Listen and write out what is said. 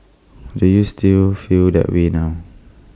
do you still feel that way now